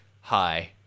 Hi